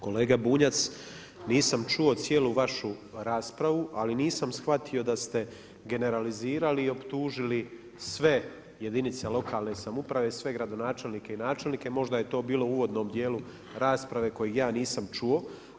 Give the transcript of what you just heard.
Kolega Bunjac, nisam čuo cijelu vašu raspravu, ali nisam shvatio da ste generalizirali i optužili sve jedinice lokalne samouprave i sve gradonačelnike i načelnike, možda je to bilo uvodnom dijelu rasprave koji ja nisam čuo.